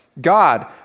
God